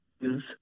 use